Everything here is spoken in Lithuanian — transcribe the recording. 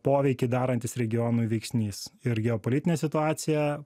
poveikį darantis regionui veiksnys ir geopolitinę situaciją